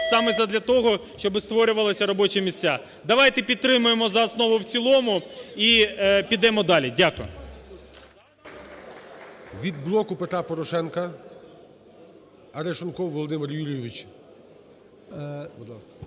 саме задля того, щоб створювалися робочі місця. Давайте підтримаємо за основу і в цілому і підемо далі. Дякую. ГОЛОВУЮЧИЙ. Від "Блоку Петра Порошенка" Арешонков Володимир Юрійович. Будь ласка.